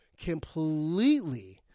completely